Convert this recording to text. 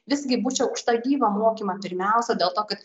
visgi būčiau už tą gyvą mokymą pirmiausia dėl to kad